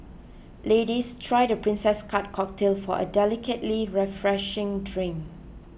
ladies try the Princess Cut cocktail for a delicately refreshing drink